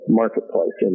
marketplace